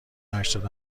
هشتاد